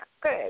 good